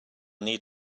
need